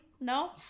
No